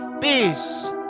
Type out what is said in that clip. Peace